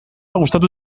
gustatu